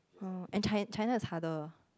and Chi~ China is harder